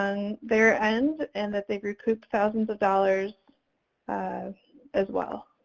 um their end and that they've recouped thousands of dollars as as well.